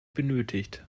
benötigt